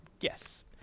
Yes